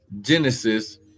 Genesis